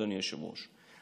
אדוני היושב-ראש,